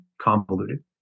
convoluted